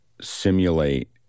simulate